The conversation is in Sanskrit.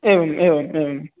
एवम् एवम् एवम्